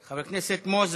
חבר הכנסת מוזס,